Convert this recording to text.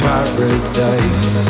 Paradise